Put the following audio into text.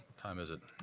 time is it?